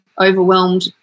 overwhelmed